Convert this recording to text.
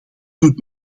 doet